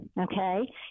Okay